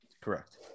Correct